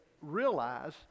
realize